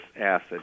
acid